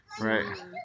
right